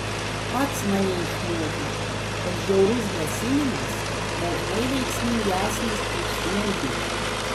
pats mane išmokei kad žiaurus grasinimas dažnai veiksmingesnis už smūgį